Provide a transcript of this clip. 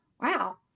wow